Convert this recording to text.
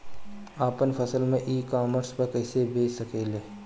आपन फसल e commerce पर कईसे बेच सकिले?